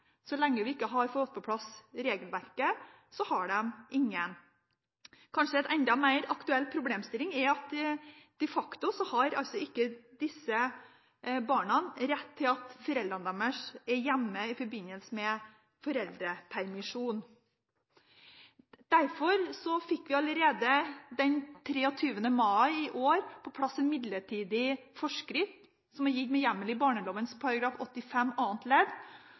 Så lenge vi ikke har fått på plass regelverket, har de ingen. Kanskje er en enda mer aktuell problemstilling at disse barna de facto ikke har rett til at foreldrene deres er hjemme i forbindelse med foreldrepermisjon. Derfor fikk vi allerede den 23. mai i fjor på plass en midlertidig forskrift, gitt med hjemmel i barneloven § 85 annet ledd,